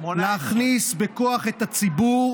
להכניס בכוח את הציבור